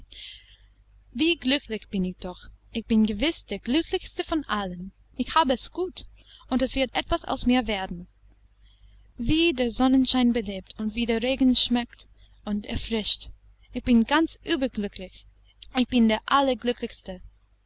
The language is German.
wie glücklich bin ich doch ich bin gewiß der glücklichste von allen ich habe es gut und es wird etwas aus mir werden wie der sonnenschein belebt und wie der regen schmeckt und erfrischt ich bin ganz überglücklich ich bin der